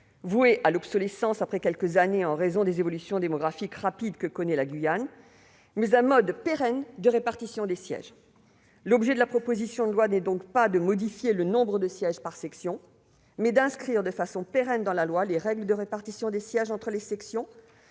vouée à l'obsolescence après quelques années en raison des évolutions démographiques rapides que connaît la Guyane ; elle vise à instituer un mode pérenne de répartition des sièges. Il s'agit donc non pas de modifier le nombre de sièges par section, mais d'inscrire de manière pérenne dans la loi les règles de répartition des sièges entre les sections,